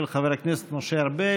של חבר הכנסת משה ארבל.